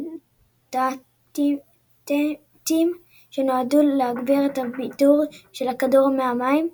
סינתטיים שנועדו להגביר את הבידוד של הכדור מהמים,